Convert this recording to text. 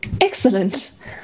Excellent